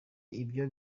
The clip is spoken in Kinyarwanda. ibyo